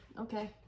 Okay